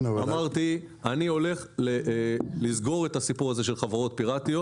אמרתי שאני הולך לסגור את הסיפור הזה של חברות פירטיות.